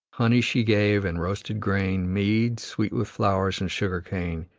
honey she gave, and roasted grain, mead, sweet with flowers, and sugar-cane.